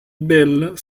bell